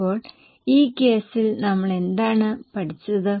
അപ്പോൾ ഈ കേസിൽ നമ്മൾ എന്താണ് പഠിച്ചത്